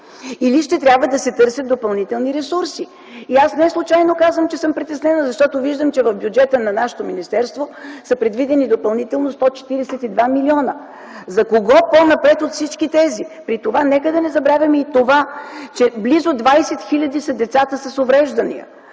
или ще трябва да се търсят допълнителни ресурси. И аз неслучайно казвам, че съм притеснена, защото виждам, че в бюджета на нашето министерство са предвидени допълнително 142 милиона. За кого по-напред от всички тези? При това нека да не забравяме и това, че близо 20 хиляди са децата с увреждания.